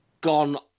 gone